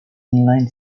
inline